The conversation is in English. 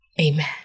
Amen